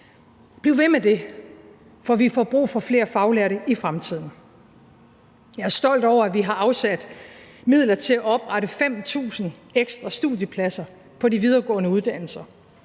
Bliv ved med det, for vi får brug for flere faglærte i fremtiden. Kl. 12:15 Jeg er stolt over, at vi har afsat midler til at oprette 5.000 ekstra studiepladser på de videregående uddannelser,